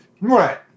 Right